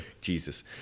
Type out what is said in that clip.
Jesus